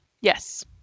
yes